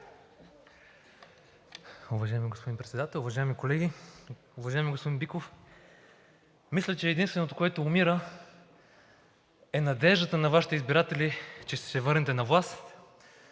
Уважаеми господин Председател, уважаеми колеги! Уважаеми господин Биков, мисля, че единственото, което умира, е надеждата на Вашите избиратели, че ще се върнете на власт